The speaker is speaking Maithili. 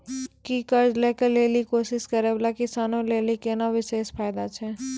कि कर्जा लै के लेली कोशिश करै बाला किसानो लेली कोनो विशेष फायदा छै?